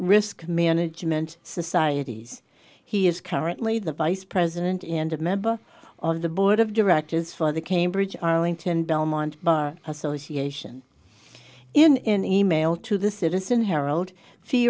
risk management societies he is currently the by president and a member of the board of directors for the cambridge arlington belmont bar association in email to the citizen harold